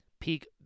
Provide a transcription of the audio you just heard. peak